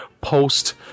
post